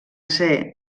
tsé